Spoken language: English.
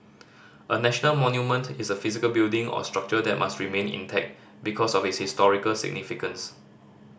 a national monument is a physical building or structure that must remain intact because of its historical significance